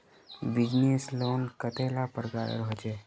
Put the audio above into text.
Business loan कतेला प्रकारेर होचे?